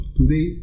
Today